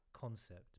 concept